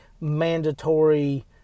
mandatory